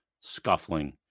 scuffling